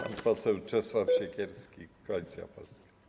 Pan poseł Czesław Siekierski, Koalicja Polska.